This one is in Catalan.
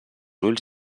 ulls